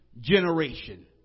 generation